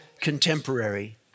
contemporary